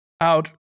out